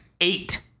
eight